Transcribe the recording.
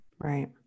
Right